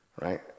right